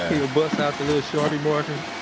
he'll bust out the little sharpie marker,